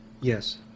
Yes